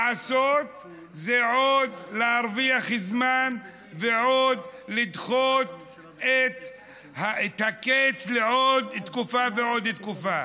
לעשות אחרת זה להרוויח עוד זמן ולדחות את הקץ לעוד תקופה ועוד תקופה.